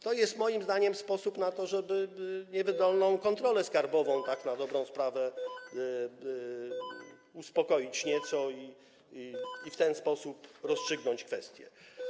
To jest moim zdaniem sposób na to, żeby niewydolną kontrolę skarbową tak na dobrą sprawę uspokoić nieco i w ten sposób rozstrzygnąć kwestię.